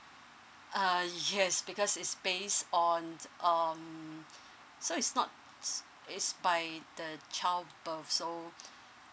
ah yes because is based on um so is not is by the childbirth so